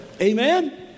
Amen